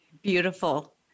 Beautiful